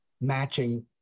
matching